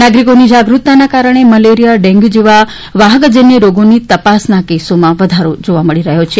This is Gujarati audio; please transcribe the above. નાગરિકોની જાગૃતિના કારણે મેલેરિયા ડેન્ગ્યૂ જેવા વાહક જન્ય રોગોની તપાસના કેસોમાં વધારો જોવા મળી રહ્યો છે